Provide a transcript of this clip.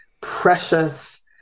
precious